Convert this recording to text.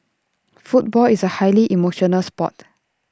football is A highly emotional Sport